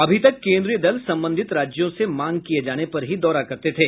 अभी तक केन्द्रीय दल संबंधित राज्यों से मांग किए जाने पर ही दौरा करते थे